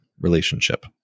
relationship